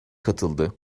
katıldı